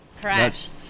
Crashed